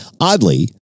Oddly